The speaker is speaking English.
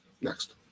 Next